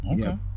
Okay